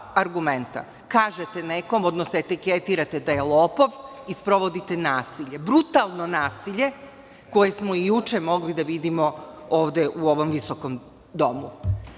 argumenta. Kažete nekom, odnosno etiketirate ga da je lopov i sprovodite nasilje, brutalno nasilje, koje smo i juče mogli da vidimo ovde u ovom visokom